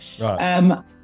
Right